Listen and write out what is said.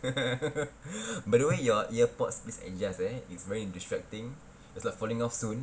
by the way your ear pods please adjust eh it's very distracting it's like falling off soon